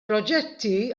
proġetti